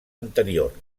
anterior